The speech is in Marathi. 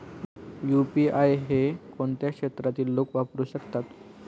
यु.पी.आय हे कोणत्या क्षेत्रातील लोक वापरू शकतात?